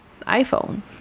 iphone